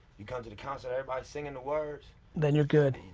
you come to the concert, everybody's singing the words then you're good.